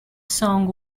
song